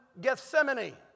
Gethsemane